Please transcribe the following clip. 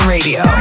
Radio